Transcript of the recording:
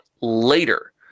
later